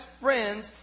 friends